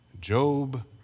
Job